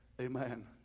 Amen